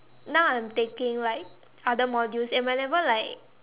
now I'm taking like other modules and whenever like